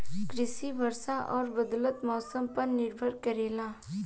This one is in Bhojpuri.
कृषि वर्षा और बदलत मौसम पर निर्भर करेला